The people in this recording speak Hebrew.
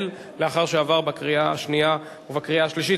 לאחר שעבר בקריאה השנייה ובקריאה השלישית.